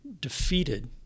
defeated